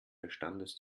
verstandes